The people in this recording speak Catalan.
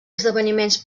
esdeveniments